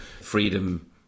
freedom